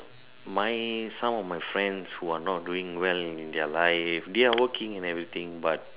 my some of my friend that are not doing well in my life there are working and everything but